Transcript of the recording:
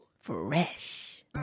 fresh